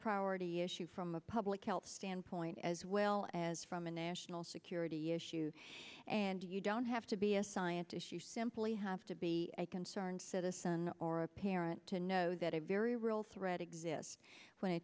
priority issue from a public health standpoint as well as from a national security issue and you don't have to be a scientist you simply have to be a concerned citizen or a parent to know that a very real threat exists when